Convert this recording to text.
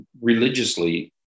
religiously